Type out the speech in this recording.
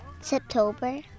September